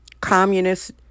communist